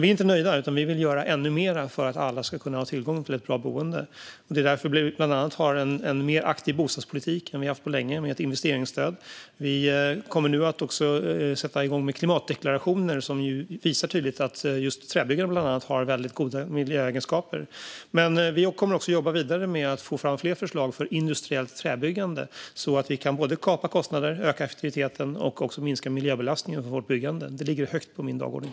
Vi är dock inte nöjda. Vi vill göra ännu mer för att alla ska kunna ha tillgång till ett bra boende. Därför har vi bland annat en mer aktiv bostadspolitik än det har funnits på länge, med ett investeringsstöd. Vi kommer nu också att sätta igång med klimatdeklarationer som visar tydligt att till exempel just träbyggande har goda miljöegenskaper. Vi kommer även att jobba vidare med att få fram fler förslag för industriellt träbyggande, så att vi kan såväl kapa kostnaderna som öka effektiviteten och minska miljöbelastningen för vårt byggande. Det står högt upp på min dagordning.